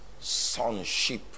sonship